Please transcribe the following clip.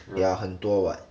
yeah 很多 [what]